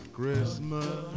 Christmas